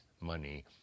money